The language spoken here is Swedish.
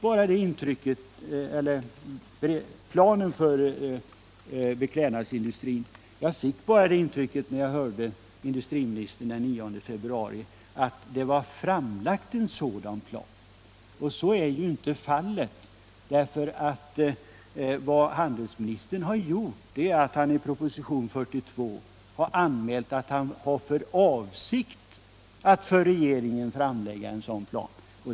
Beträffande planen för beklädnadsindustrin fick jag bara det intrycket, när jag hörde industriministern den 9 februari, att en sådan plan var framlagd. Så är ju inte fallet. Vad handelsministern har gjort är att han i propositionen 42 anmält att han har för avsikt att för regeringen framlägga en sådan plan.